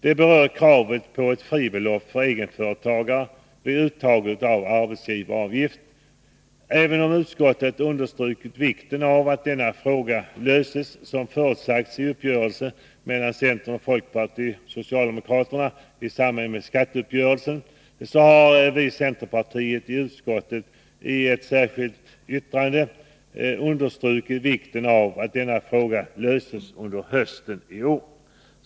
Det berör kravet på ett fribelopp för egenföretagare vid uttag av arbetsgivaravgift. Även om utskottet understrukit vikten av att denna fråga löses som förutsagts i uppgörelsen mellan centern, folkpartiet och socialdemokraterna i samband med skatteuppgörelsen, har vi centerledamöter i utskottet i ett särskilt yttrande understrukit vikten av att denna fråga löses under hösten i år.